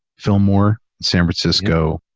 fillmore, san francisco,